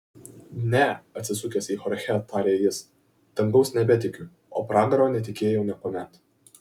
ne atsisukęs į chorchę tarė jis dangaus nebetikiu o pragaro netikėjau niekuomet